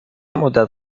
مدت